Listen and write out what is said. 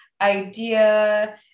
idea